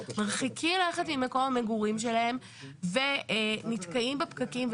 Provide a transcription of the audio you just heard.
מרחיקים לכת ממקום המגורים שלהם ונתקעים בפקקים.